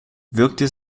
wirkte